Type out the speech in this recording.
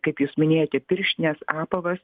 kaip jūs minėjote pirštines apavas